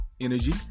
energy